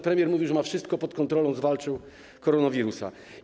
Premier mówił, że ma wszystko pod kontrolą, zwalczył koronawirusa.